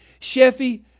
Sheffy